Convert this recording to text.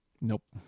Nope